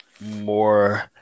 more